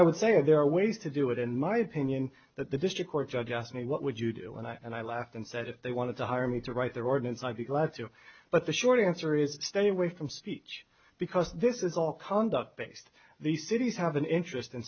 i would say there are ways to do it in my opinion that the district court judge asked me what would you do and i laughed and said if they wanted to hire me to write their ordinance i'd be glad to but the short answer is study away from speech because this is all conduct based the cities have an interest in